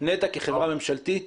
כחברה ממשלתית,